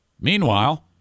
Meanwhile